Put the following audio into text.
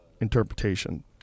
interpretation